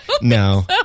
No